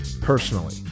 Personally